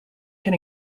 can